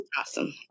Awesome